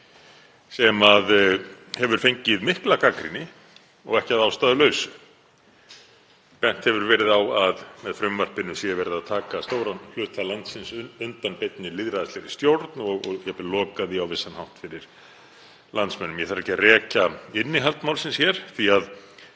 fengið hefur mikla gagnrýni og ekki að ástæðulausu. Bent hefur verið á að með frumvarpinu sé verið að taka stóran hluta landsins undan beinni lýðræðislegri stjórn og jafnvel loka því á vissan hátt fyrir landsmönnum. Ég þarf ekki að rekja innihald málsins hér því að